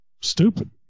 Stupid